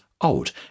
Old